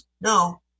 No